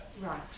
Right